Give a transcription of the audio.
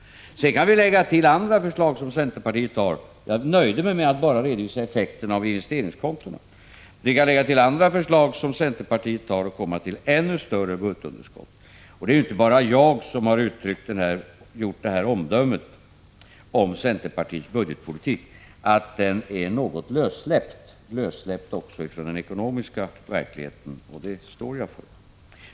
Sedan kan vi lägga till andra förslag från centerpartiet. Jag nöjde mig med att enbart redovisa effekterna av investeringskontona. Lägger vi till effekterna av andra centerförslag kommer vi till ännu större budgetunderskott. Det är inte bara jag som har fällt omdömet om centerpartiets budgetpolitik att den är något lössläppt — också från den ekonomiska verkligheten. Men jag står för den uppfattningen.